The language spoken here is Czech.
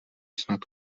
snad